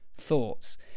Thoughts